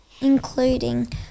including